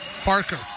Parker